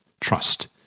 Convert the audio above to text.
trust